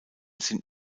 sind